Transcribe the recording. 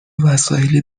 وسایلی